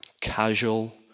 casual